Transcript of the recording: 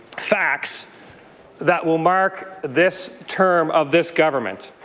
facts that will mark this term of this government.